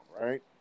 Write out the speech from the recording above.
right